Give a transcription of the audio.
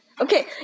Okay